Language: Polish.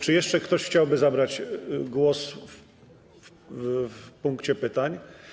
Czy jeszcze ktoś chciałby zabrać głos w ramach pytań?